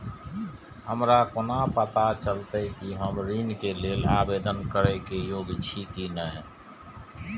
हमरा कोना पताा चलते कि हम ऋण के लेल आवेदन करे के योग्य छी की ने?